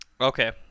Okay